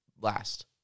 last